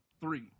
three